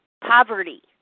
poverty